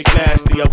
nasty